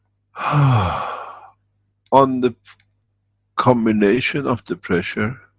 ah on the combination of the pressure